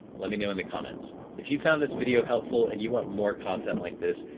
let me know in the comments. if you found this video helpful and you want more content like this,